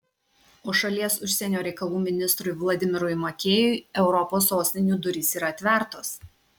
o šalies užsienio reikalų ministrui vladimirui makėjui europos sostinių durys yra atvertos